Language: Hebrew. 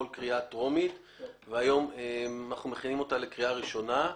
שעברה אתמול קריאה טרומית והיום אנחנו מכינים אותה לקריאה ראשונה.